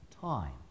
time